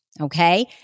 okay